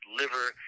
liver